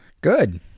Good